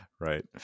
Right